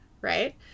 right